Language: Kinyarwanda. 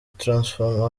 transform